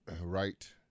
Right